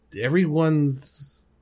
everyone's